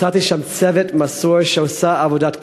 מצאתי שם צוות מסור שעושה עבודת קודש,